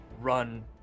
run